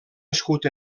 escut